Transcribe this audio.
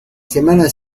semana